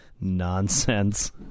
nonsense